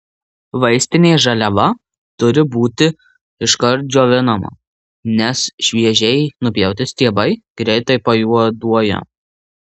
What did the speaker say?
vaistinė žaliava turi būti iškart džiovinama nes šviežiai nupjauti stiebai greitai pajuoduoja